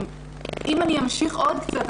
אם אמשיך עוד קצת,